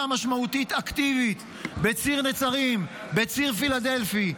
משמעותית אקטיבית בציר נצרים ובציר פילדלפי.